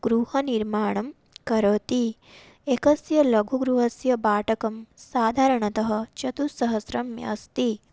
गृहनिर्माणं करोति एकस्य लघुगृहस्य भाटकं साधारणतः चतुस्सहस्रम् अस्ति